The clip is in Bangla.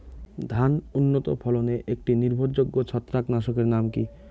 ধান উন্নত ফলনে একটি নির্ভরযোগ্য ছত্রাকনাশক এর নাম কি?